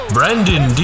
Brandon